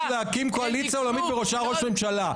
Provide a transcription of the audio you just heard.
להקים קואליציה ולהעמיד בראשה ראש ממשלה.